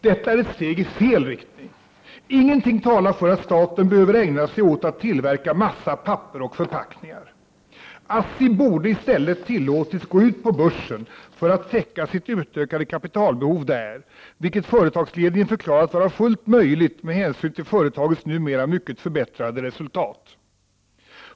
Detta är ett steg i fel riktning. Ingenting talar för att staten behöver ägna sig åt att tillverka massa, papper och förpackningar. ASSI borde i stället tillåtits gå ut på börsen för att täcka sitt utökade kapitalbehov där, vilket företagsledningen förklarat vara fullt möjligt med hänsyn till företagets numera mycket förbättrade resultat.